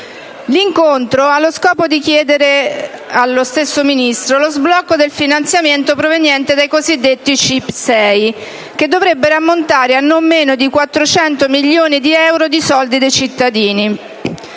L'incontro ha lo scopo di chiedere al Ministro il blocco del finanziamento proveniente dai cosiddetti incentivi CIP 6, che dovrebbe ammontare a non meno di 400 milioni di euro, di soldi dei cittadini.